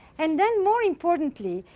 and then, more importantly,